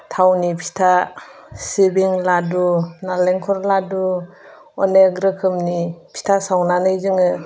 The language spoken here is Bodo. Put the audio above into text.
थावनि फिथा सिबिं लाडु नालेंखर लाडु अनेक रोखोमनि फिथा सावनानै जोङो